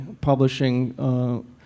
publishing